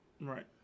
Right